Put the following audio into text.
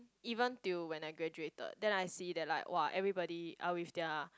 even till when I graduated then I see that like !wah! everybody are with their